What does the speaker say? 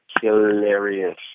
hilarious